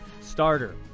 starter